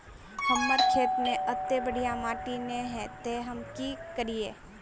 हमर खेत में अत्ते बढ़िया माटी ने है ते हम की करिए?